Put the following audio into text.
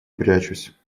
прячусь